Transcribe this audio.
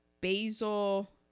Basil